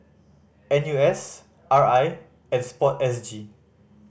N U S R I and Sport S G